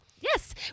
yes